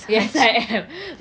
yes I am